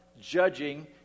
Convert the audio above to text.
judging